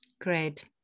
Great